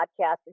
podcast